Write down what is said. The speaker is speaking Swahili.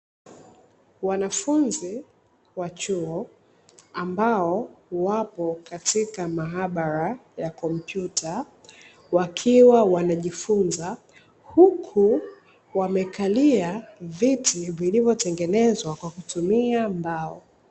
Wanafunzi wa chuo ambao wapo katika maabara ya kompyuta wakiwa wanajifunza, huku wamekalia viti vilivyotengenezwa kwa kutumia mbao.